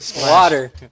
water